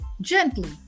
Gently